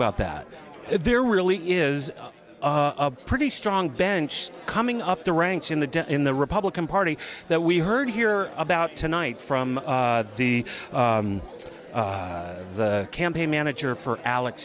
about that there really is a pretty strong bench coming up the ranks in the in the republican party that we heard here about tonight from the campaign manager for alex